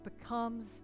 becomes